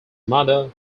mother